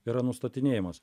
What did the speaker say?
yra nustatinėjamas